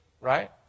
right